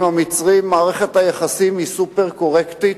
עם המצרים מערכת היחסים היא סופר-קורקטית,